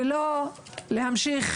ולא להמשיך,